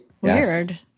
Weird